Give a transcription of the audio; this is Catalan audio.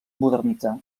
modernitzar